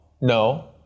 No